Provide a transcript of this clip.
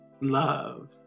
love